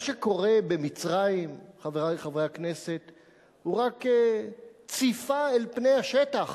מה שקורה במצרים הוא רק ציפה אל פני השטח